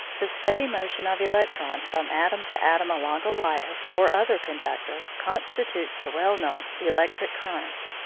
the steady motion of electrons from atom to atom along a wire, or other conductor, constitutes the well-known electric current.